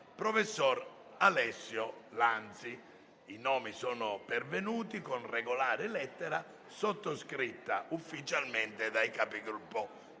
professor Alessio Lanzi I nomi sono pervenuti con regolare lettera sottoscritta ufficialmente dai Capigruppo,